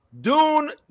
dune